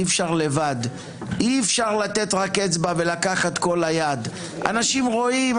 אי-אפשר לבד / אי-אפשר לתת רק אצבע ולקחת כל היד / אנשים רואים,